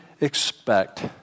expect